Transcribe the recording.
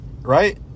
right